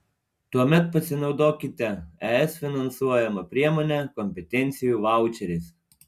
tuomet pasinaudokite es finansuojama priemone kompetencijų vaučeris